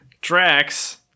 Drax